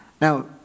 Now